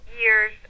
years